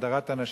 הדרת הנשים,